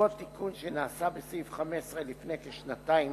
בעקבות תיקון שנעשה בסעיף 15 לפני כשנתיים